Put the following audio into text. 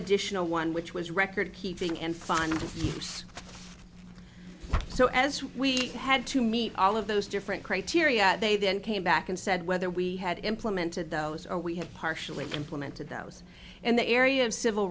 additional one which was record keeping and funding so as we had to meet all of those different criteria they then came back and said whether we had implemented those or we have partially implemented those in the area of civil